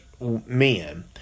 men